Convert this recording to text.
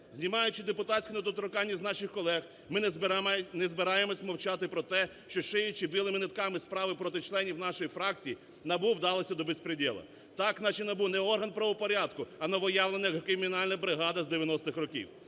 Знімаючи депутатську недоторканність з наших колег, ми не збираємось мовчати про те, що, шиючи білими нитками справи проти членів нашої фракції, НАБУ вдалося до безпредєла. Так, наче НАБУ не орган правопорядку, а новоявлена кримінальна бригада з 90-х років.